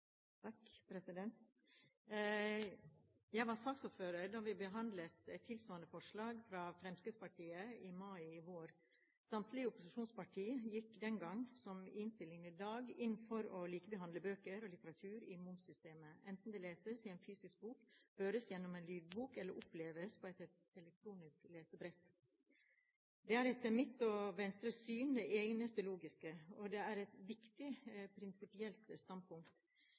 innstillingen i dag, inn for å likebehandle bøker og litteratur i momssystemet, enten det leses i en fysisk bok, høres gjennom en lydbok eller oppleves på et elektronisk lesebrett. Det er etter mitt og Venstres syn det eneste logiske, og det er et viktig prinsipielt standpunkt.